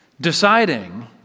deciding